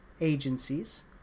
agencies